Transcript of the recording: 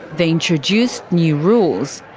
they introduced new rules.